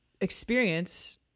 experience